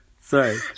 Sorry